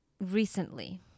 recently